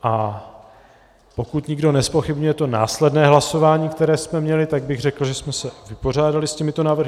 A pokud nikdo nezpochybňuje to následné hlasování, které jsme měli, tak bych řekl, že jsme se vypořádali s těmito návrhy.